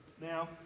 Now